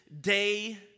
day